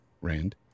Rand